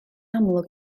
amlwg